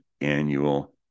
annual